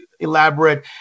elaborate